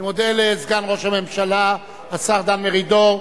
אני מודה לסגן ראש הממשלה השר דן מרידור.